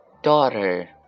Daughter